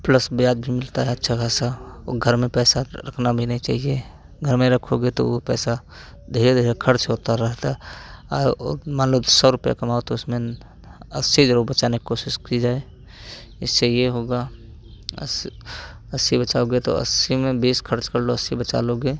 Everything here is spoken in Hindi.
प्लस ब्याज भी मिलता है अच्छा खासा वो घर में पैसा रखना भी नहीं चाहिए घर में रखोगे तो वो पैसा धीरे धीरे खर्च होता रहता है वो मान लो सौ रुपए कमाओ तो उसमें अस्सी ज़रूर बचाने की कोशिश की जाए इससे ये होगा अस अस्सी बचाओगे तो अस्सी में बीस खर्च कर लो अस्सी बचा लोगे